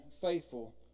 faithful